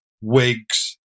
wigs